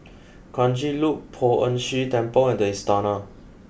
Kranji Loop Poh Ern Shih Temple and the Istana